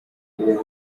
ubu